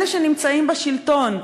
אלה שנמצאים בשלטון,